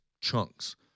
chunks